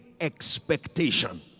expectation